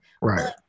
right